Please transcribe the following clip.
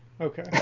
Okay